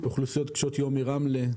אוכלוסיות קשות יום מרמלה.